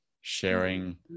sharing